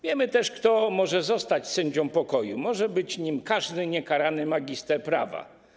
Wiemy też, kto może zostać sędzią pokoju - może być nim każdy niekarany magister prawa.